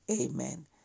Amen